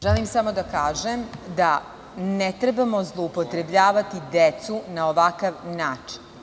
Želim samo da kažem da ne trebamo zloupotrebljavati decu na ovakav način.